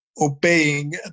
obeying